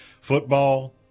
Football